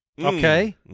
Okay